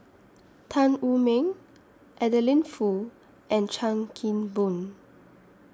Tan Wu Meng Adeline Foo and Chan Kim Boon